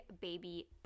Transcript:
baby